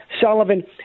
Sullivan